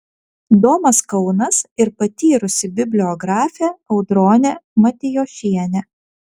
domas kaunas ir patyrusi bibliografė audronė matijošienė